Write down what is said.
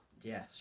yes